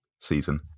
season